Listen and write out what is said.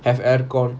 have air con